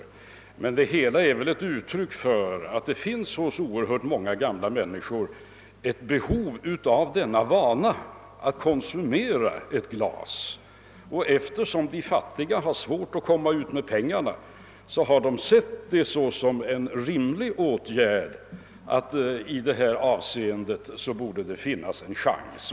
Företeelsen torde emellertid vara ett uttryck för att det hos många gamla människor finns ett behov av att då och då dricka ett glas. Eftersom de fattiga har svårigheter med att betala vad detta kostar har de sett det som rimligt att genomföra denna åtgärd.